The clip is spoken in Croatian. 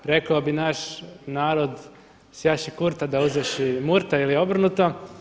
Rekao bi naš narod „Sjaši Kurta da uzjaši Murta“ ili obrnuto.